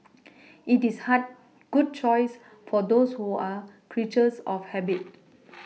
it is good choice for those who are creatures of habit